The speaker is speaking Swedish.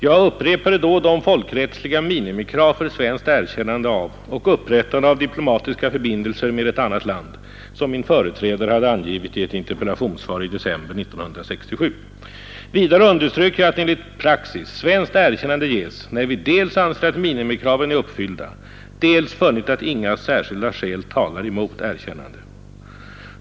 Jag upprepade då de folkrättsliga minimikrav för svenskt erkännande av och upprättande av diplomatiska förbindelser med ett annat land som min företrädare hade angivit i ett interpellationssvar i december 1967. Vidare underströk jag att enligt praxis svenskt erkännande ges när vi dels anser att minimikraven är uppfyllda, dels funnit att inga särskilda skäl talar emot erkännande.